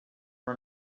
run